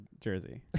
jersey